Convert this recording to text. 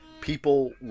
people